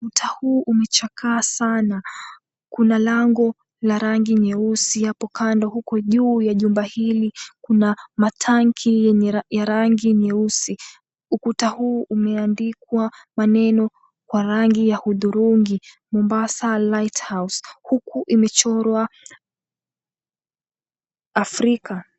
Ukuta huu umechakaa sana kuna lango la rangi nyeusi hapo kando huku juu ya jumba hili kuna matangi yenye ya rangi nyeusi. Ukuta huu umeandikwa maneno kwa rangi ya hudhurungi, Mombasa Light House huku imechorwa Afrika.